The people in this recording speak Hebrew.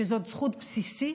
שזאת זכות בסיסית